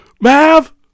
Mav